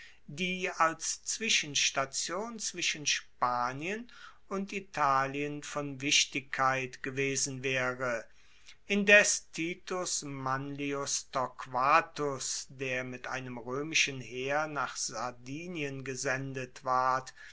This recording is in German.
die als zwischenstation zwischen spanien und italien von wichtigkeit gewesen waere indes titus manlius torquatus der mit einem roemischen heer nach sardinien gesendet ward